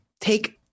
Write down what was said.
take